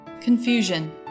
Confusion